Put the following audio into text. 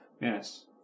Yes